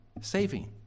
saving